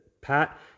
Pat